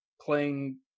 playing